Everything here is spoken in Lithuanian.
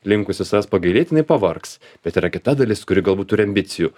linkusi savęs pagailėti jinai pavargs bet yra kita dalis kuri galbūt turi ambicijų